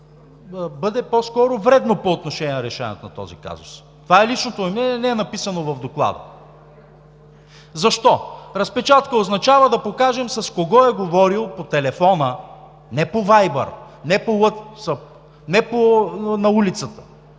бъде по-скоро вредно по отношение на решаването на този казус. Това е личното ми мнение, не е написано в Доклада. Защо? Разпечатка означава да покажем с кого е говорил по телефона – не по Viber, не по WhatsApp,